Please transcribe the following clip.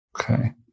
Okay